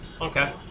Okay